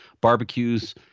barbecues